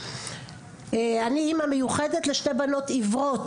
אני אימא מיוחדת לשתי בנות עיוורות.